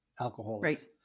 alcoholics